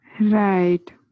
Right